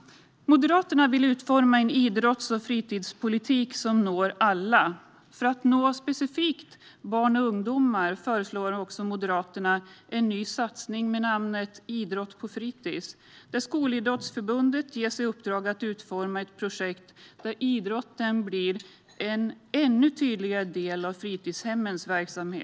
Moderaterna vill utforma en idrotts och fritidspolitik som når alla. För att nå specifikt barn och ungdomar föreslår Moderaterna därför också en ny satsning med namnet Idrott på fritids, där Skolidrottsförbundet ges i uppdrag att utforma ett projekt där idrotten blir en ännu tydligare del av fritidshemmens verksamhet.